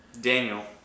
Daniel